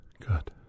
Good